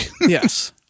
Yes